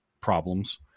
problems